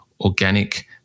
organic